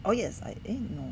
oh yes I eh no